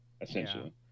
essentially